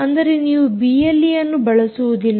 ಅಂದರೆ ನೀವು ಬಿಎಲ್ಈಯನ್ನು ಬಳಸುವುದಿಲ್ಲ